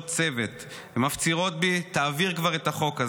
צוות ומפצירות בי: תעביר כבר את החוק הזה,